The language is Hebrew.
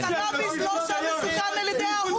קנביס לא סם מסוכן על ידי האו"ם.